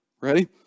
Ready